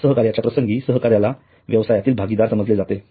सहकार्याच्या प्रसंगी सहकाऱ्याला व्यवसायातील भागीदार समजले जाते